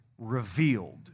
Revealed